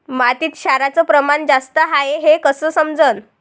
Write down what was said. मातीत क्षाराचं प्रमान जास्त हाये हे कस समजन?